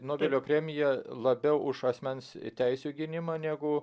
nobelio premija labiau už asmens teisių gynimą negu